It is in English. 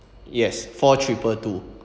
yes four triple two